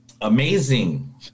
Amazing